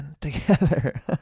together